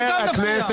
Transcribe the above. אנחנו לא עבריינים.